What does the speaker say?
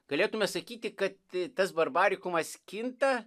galėtume sakyti kad tas barbarikumas kinta